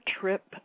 trip